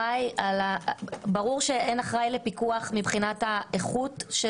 ברור שאין אחראי לפיקוח מבחינת האיכות,